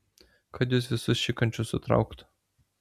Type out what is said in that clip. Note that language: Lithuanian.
kad jus visus šikančius sutrauktų